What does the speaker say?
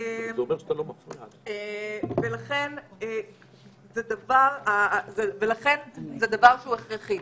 ולכן זה דבר הכרחי.